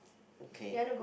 okay